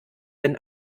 wenn